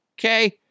okay